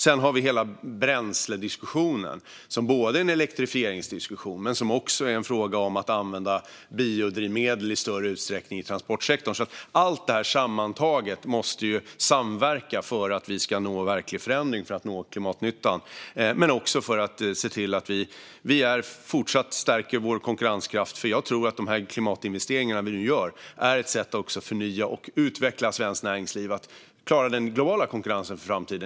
Sedan har vi dessutom hela bränslediskussionen, som är en elektrifieringsdiskussion men också en fråga om att använda biodrivmedel i större utsträckning i transportsektorn. Allt detta sammantaget måste samverka för att vi ska nå verklig förändring och uppnå klimatnytta - men också för att se till att vi fortsatt stärker vår konkurrenskraft. Jag tror nämligen att de klimatinvesteringar vi nu gör är ett sätt att förnya och utveckla svenskt näringsliv så att det klarar den globala konkurrensen i framtiden.